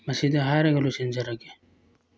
ꯃꯁꯤꯗ ꯍꯥꯏꯔꯒ ꯂꯣꯏꯁꯤꯟꯖꯔꯒꯦ